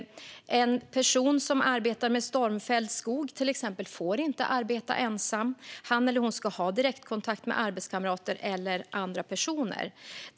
En person som arbetar med stormfälld skog får inte arbeta ensam, utan han eller hon ska ha direktkontakt med arbetskamrater eller andra personer.